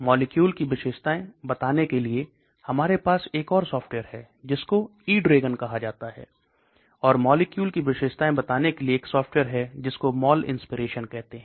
molecule की विशेषताएं बताने के लिए हमारे पास एक और सॉफ्टवेयर है जिसको eDragon कहा जाता है और मॉलिक्यूल की विशेषताएं बताने के लिए एक सॉफ्टवेयर है जिसको Molinspiration कहते है